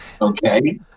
okay